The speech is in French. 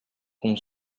qu’on